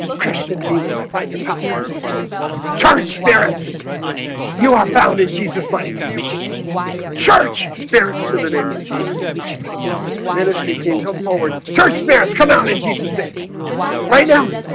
christian demons, i bind your power charge spirits you are found in jesus but lightning charge spirits in the name of jesus ministry team come forward church spirits come out in jesus name right now.